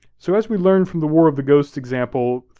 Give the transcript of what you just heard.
so as we learn from the war of the ghosts example,